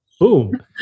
boom